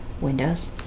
windows